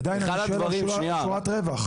עדיין אני שואל על שורת רווח.